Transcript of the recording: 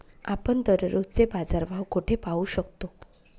आपण दररोजचे बाजारभाव कोठे पाहू शकतो?